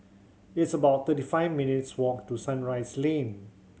it's about thirty five minutes' walk to Sunrise Lane